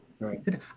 Right